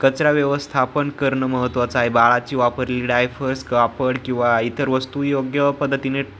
कचरा व्यवस्थापन करणं महत्त्वाचं आहे बाळाची वापरलेली डायफर्स कापड किंवा इतर वस्तू योग्य पद्धतीने